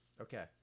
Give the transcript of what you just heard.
Okay